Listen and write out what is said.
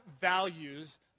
values